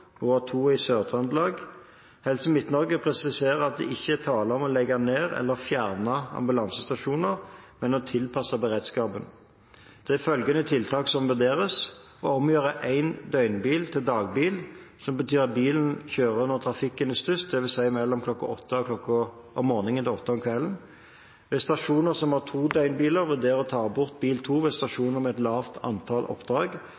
to i Sør-Trøndelag. Helse Midt-Norge presiserer at det ikke er tale om å legge ned eller fjerne ambulansestasjoner, men å tilpasse beredskapen. Det er følgende tiltak som vurderes: å omgjøre en døgnbil til dagbil, som betyr at bilen kjører når trafikken er størst, dvs. mellom klokken 08.00–20.00 ved stasjoner som har to døgnbiler: vurdere å ta bort bil 2 ved stasjoner med et lavt antall oppdrag, eller å redusere beredskapen i ferietiden Ved